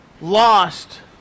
lost